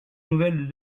nouvelle